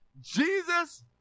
Jesus